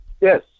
Yes